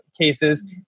cases